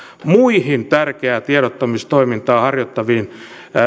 muihin tärkeää tiedottamistoimintaa harjoittaviin